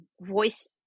voice